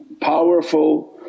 powerful